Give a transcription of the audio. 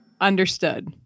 Understood